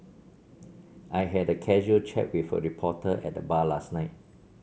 I had a casual chat with a reporter at the bar last night